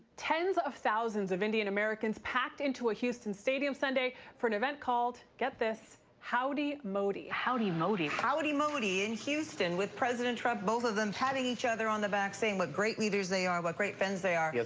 tens of thousands of indian americans packed into a houston stadium sunday for an event called, get this, howdy modi! howdy modi! howdy modi! in houston with president trump. both of them patting each other on the back saying what great leaders they are, what great friends they are.